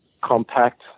compact